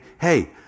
hey